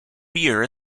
rear